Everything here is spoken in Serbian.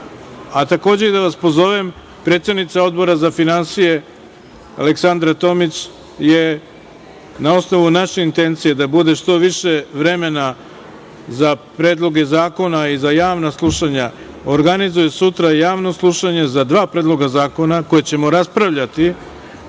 Takođe, da vas pozovem, predsednica Odbora za finansije, Aleksandra Tomić je na osnovu naše intencije da bude što više vremena za predloge zakona i za javna slušanja organizuju sutra Javno slušanje za dva predloga zakona o kojima ćemo raspravljati